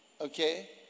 Okay